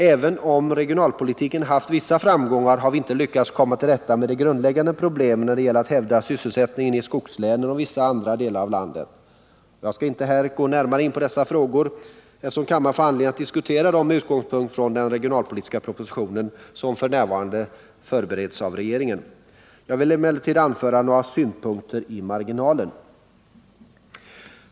Även om regionalpolitiken haft vissa framgångar har vi inte lyckats komma till rätta med de grundläggande problemen när det gäller att hävda sysselsättningen i skogslänen och vissa andra delar av landet. Jag skall inte här gå närmare in på dessa frågor, eftersom kammaren får anledning att diskutera dem med utgångspunkt i den regionalpolitiska propositionen, som f. n. förbereds av regeringen. Jag vill emellertid anföra några synpunkter i marginalen.